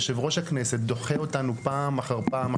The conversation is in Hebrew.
יושב ראש הכנסת דוחה אותנו פעם אחר פעם,